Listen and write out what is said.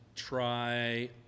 try